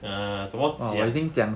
err 怎么讲